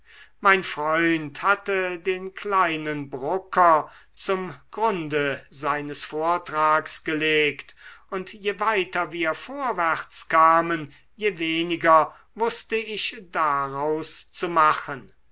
mein freund hatte den kleinen brucker zum grunde seines vortrags gelegt und je weiter wir vorwärts kamen je weniger wußte ich daraus zu machen